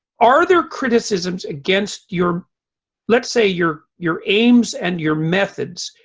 are their criticisms against your let's say your your aims and your methods?